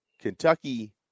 Kentucky